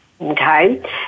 okay